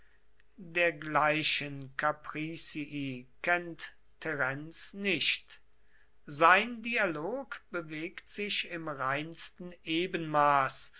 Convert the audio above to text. dergleichen capricci kennt terenz nicht sein dialog bewegt sich im reinsten ebenmaß